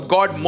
God